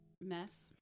Mess